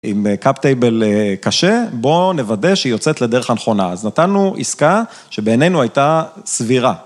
עם קאפ טייבל קשה, בואו נוודא שהיא יוצאת לדרך הנכונה. אז נתנו עסקה שבעינינו הייתה סבירה.